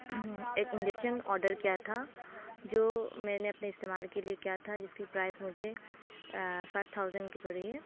ایک induction order کیا تھا جو میں نے اپنے استعمال کے لیے کیا تھا جس کی پرائس مجھے فائو تھاؤزنٹ کی پڑی ہے